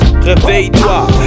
réveille-toi